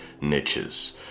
niches